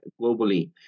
globally